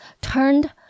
turned